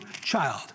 child